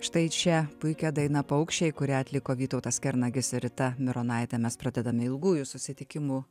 štai šia puikią dainą paukščiai kurią atliko vytautas kernagis ir rita mironaitė mes pradedame ilgųjų susitikimų